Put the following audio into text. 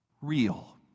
real